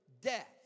death